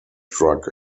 drug